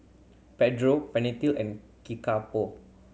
Pedro Pantene and Kickapoo